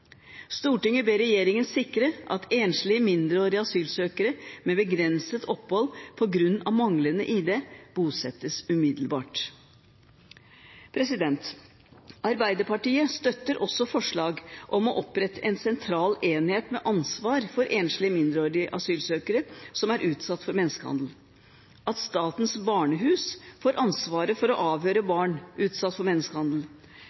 ber regjeringen sikre at enslige mindreårige asylsøkere med begrenset opphold på grunn av manglende ID bosettes umiddelbart.» Arbeiderpartiet støtter også forslag om å opprette en sentral enhet med ansvar for enslige mindreårige asylsøkere som er utsatt for menneskehandel, at Statens barnehus får ansvaret for å avhøre barn utsatt for menneskehandel,